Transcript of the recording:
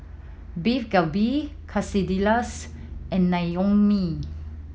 Beef Galbi Quesadillas and Naengmyeon